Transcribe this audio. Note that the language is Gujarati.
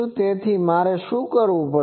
તેથી મારે શું કરવું પડશે